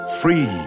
Free